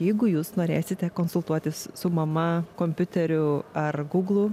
jeigu jūs norėsite konsultuotis su mama kompiuteriu ar gūglu